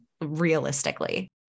realistically